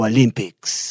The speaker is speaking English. Olympics